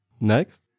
Next